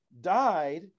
died